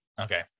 Okay